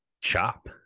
chop